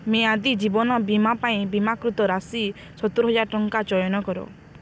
ମିଆଦୀ ଜୀବନ ବୀମା ପାଇଁ ବୀମାକୃତ ରାଶି ସତୁର ହଜାର ଟଙ୍କା ଚୟନ କର